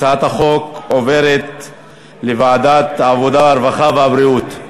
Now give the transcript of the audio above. הצעת החוק עוברת לוועדת העבודה, הרווחה והבריאות.